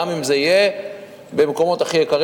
גם אם זה יהיה במקומות הכי יקרים.